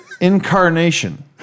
Incarnation